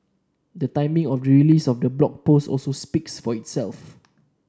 the timing of the release of the Blog Post also speaks for itself